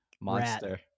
monster